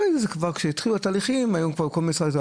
אחרי זה כבר כשהתחילו התהליכים היו כבר כל מיני משרדים,